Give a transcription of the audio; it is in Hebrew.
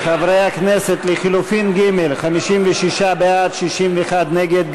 חברי הכנסת, לחלופין ג' 56 בעד, 61 נגד.